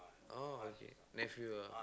oh okay next we will